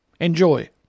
Enjoy